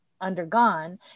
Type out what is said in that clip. undergone